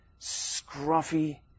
scruffy